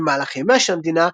במהלך ימיה של המדינה,